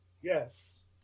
Yes